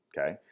Okay